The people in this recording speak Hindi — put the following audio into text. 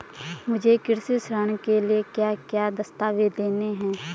मुझे कृषि ऋण के लिए क्या क्या दस्तावेज़ देने हैं?